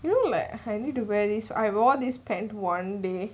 you know like I need to wear this I wore this pant one day